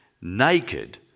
naked